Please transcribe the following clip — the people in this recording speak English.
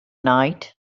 night